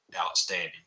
outstanding